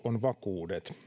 on vakuudet